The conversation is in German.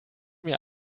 mir